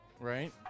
right